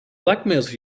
blackmails